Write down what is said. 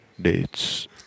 dates